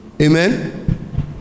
Amen